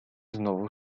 znowu